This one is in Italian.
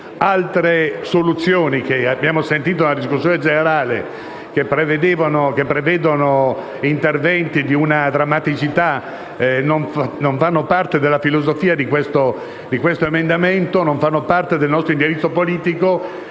Altre soluzioni che abbiamo sentito nella discussione generale, che prevedono interventi drammatici, non fanno parte della filosofia di questo emendamento e del nostro indirizzo politico.